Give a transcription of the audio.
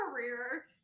career